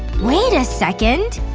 wait a second!